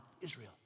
Israel